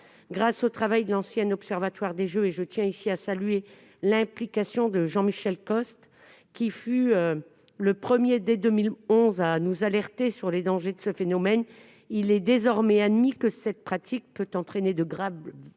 Grâce au travail de l'ancien Observatoire des jeux- je tiens ici à saluer l'implication de Jean-Michel Costes, qui fut le premier, dès 2011, à nous alerter sur les dangers de ce phénomène -, il est désormais admis que cette pratique peut entraîner de graves troubles